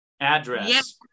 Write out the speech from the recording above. address